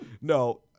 No